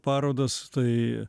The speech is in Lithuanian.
parodas tai